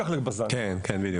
כן, כן.